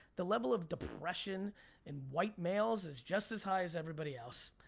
the level of depression in white males is just as high as everybody else.